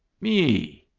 me!